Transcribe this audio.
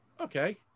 Okay